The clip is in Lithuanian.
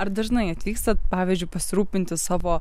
ar dažnai atvykstat pavyzdžiui pasirūpinti savo